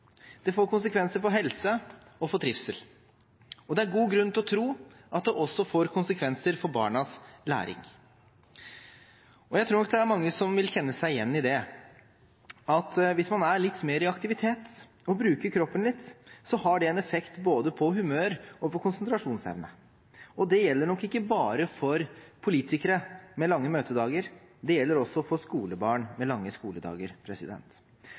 Det får konsekvenser. Det får konsekvenser for helse og for trivsel, og det er god grunn til å tro at det også får konsekvenser for barnas læring. Jeg tror nok det er mange som vil kjenne seg igjen i det at hvis man er litt mer i aktivitet og bruker kroppen litt, har det en effekt både på humør og på konsentrasjonsevne. Det gjelder nok ikke bare for politikere med lange møtedager. Det gjelder også for skolebarn med lange skoledager.